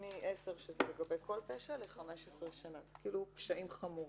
מ-10 שזה לגבי כל פשע ל-15 שנה, על פשעים חמורים.